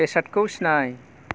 बेसादखौ सिनाय